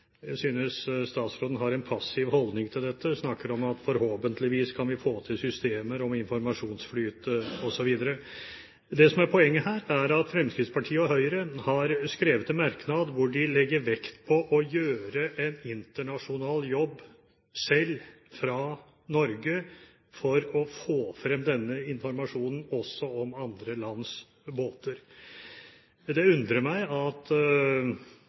jeg synes statsråden har en passiv holdning til dette. Hun snakker om at vi forhåpentligvis kan få til systemer om informasjonsflyten osv. Poenget her er at Fremskrittspartiet og Høyre har skrevet en merknad hvor de legger vekt på å gjøre en internasjonal jobb selv – fra Norge – for å få frem denne informasjonen, også om andre lands båter. Det undrer meg at